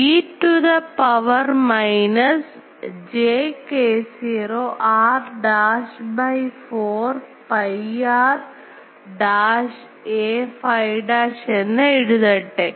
e to the power minus j k0 r dash by 4 pi r dash a phi dash എന്ന് എഴുതട്ടെ